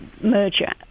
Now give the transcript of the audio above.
merger